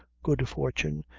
good fortune,